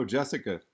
Jessica